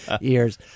years